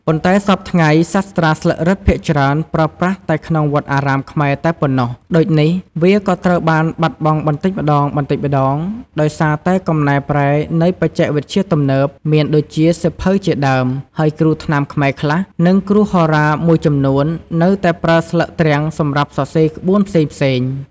ប៉ុន្តែសព្វថ្ងៃសាស្រ្តាស្លឹករឹតភាគច្រើនប្រើប្រាស់តែក្នុងវត្តអារាមខ្មែរតែប៉ុណ្ណោះ ដូចនេះ វាក៏ត្រូវបានបាត់បង់បន្តិចម្តងៗ ដោយសារកំណែប្រែនៃបច្ចេកវិទ្យាទំនើប មាន ដូចជាសៀវភៅជាដើម ហើយគ្រូថ្នាំខ្មែរខ្លះ និងគ្រូហោរាមួយចំនួននៅតែប្រើស្លឹកទ្រាំងសម្រាប់សរសេរក្បួនផ្សេងៗ។